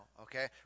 okay